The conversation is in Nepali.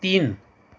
तिन